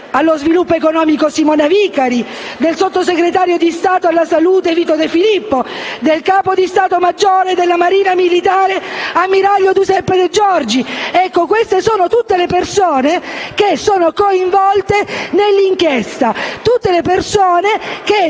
allo sviluppo economico, Simona Vicari e il sottosegretario di Stato alla salute, De Filippo) e del capo di stato maggiore della Marina militare, ammiraglio Giuseppe De Giorgi. Queste sono tutte le persone coinvolte nell'inchiesta: